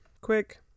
quick